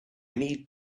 need